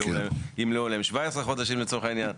ימלאו להן 17 חודשים, לצורך העניין.